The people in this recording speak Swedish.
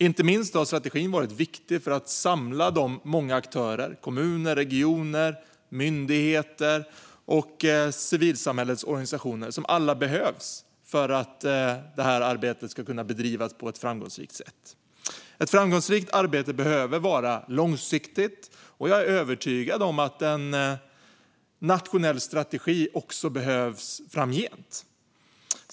Inte minst har strategin varit viktig för att samla de många aktörer - kommuner, regioner, myndigheter och civilsamhällesorganisationer - som alla behövs för att detta arbete ska kunna bedrivas på ett framgångsrikt sätt. Ett framgångsrikt arbete behöver vara långsiktigt, och jag är övertygad om att en nationell strategi behövs också framgent.